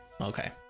Okay